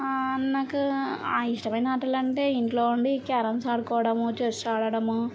ఆ నాకు ఇష్టమైన ఆటలు అంటే ఇంట్లో ఉండి క్యారమ్స్ ఆడుకోవడం చేస్ ఆడడము